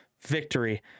victory